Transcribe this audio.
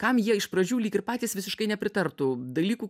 kam jie iš pradžių lyg ir patys visiškai nepritartų dalykų